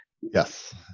yes